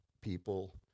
people